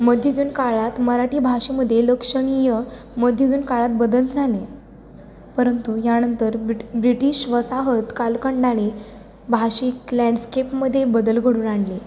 मध्ययुगीन काळात मराठी भाषेमध्ये लक्षणीय मध्ययुगीन काळात बदल झाले परंतु यानंतर ब्रिट ब्रिटीश वसाहत कालखंडाने भाषिक लँडस्केपमध्ये बदल घडून आणले